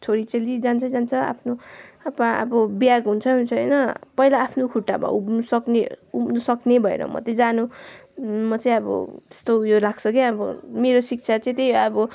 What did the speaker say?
छोरी चेली जान्छै जान्छ आफ्नो अब अब बिहा हुन्छै हुन्छ होइन पहिला आफ्नो खुट्टामा उभिनु सक्ने उभिनु सक्ने भएर मात्रै जानु म चाहिँ अब त्यस्तो उयो लाग्छ क्या अब मेरो शिक्षा चाहिँ त्यही हो अब